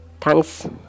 Thanks